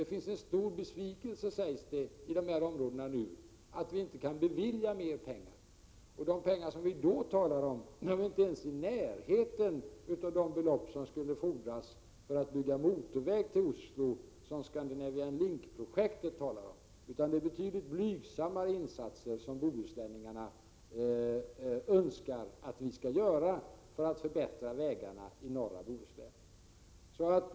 Det sägs att besvikelsen är stor i dessa områden över att regeringen inte kan bevilja mer pengar. De summor som det då är tal om kommer inte ens i närheten av de belopp som skulle fordras för att bygga en motorväg till Oslo, som Scandinavian Link-projektet handlar om. Det är betydligt blygsammare insatser som bohuslänningarna önskar för förbättringar av vägarna i norra Bohuslän.